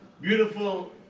beautiful